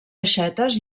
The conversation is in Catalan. aixetes